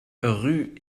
rue